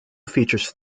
features